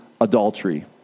adultery